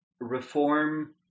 Reform